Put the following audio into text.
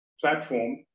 platform